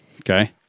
Okay